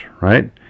right